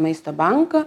maisto banką